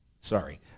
Sorry